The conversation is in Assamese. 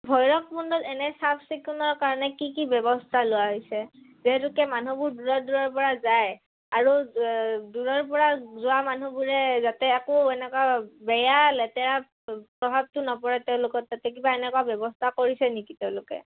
ভৈৰৱকুণ্ডত এনে চাফচিকুণৰ কাৰণে কি কি ব্যৱস্থা লোৱা হৈছে যিহেতুকে মানুহবোৰ দূৰত দূৰৰপৰা যায় আৰু দূৰৰপৰা যোৱা মানুহবোৰে যাতে একো এনেকুৱা বেয়া লেতেৰা প্ৰভাৱটো নপৰে তেওঁলোকত তাতে কিবা এনেকুৱা ব্যৱস্থা কৰিছে নেকি তেওঁলোকে